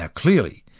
ah clearly,